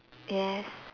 yes